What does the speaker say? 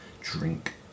drink